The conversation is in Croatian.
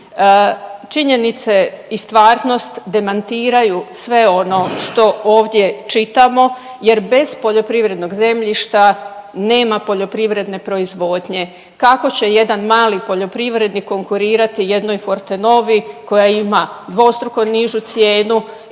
Činjenice i stvarnost demantiraju sve ono što ovdje čitamo jer bez poljoprivrednog zemljišta nema poljoprivredne proizvodnje. Kako će jedan mali poljoprivrednik konkurirati jednoj Fortenovi koja ima dvostruko nižu cijenu